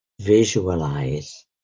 visualize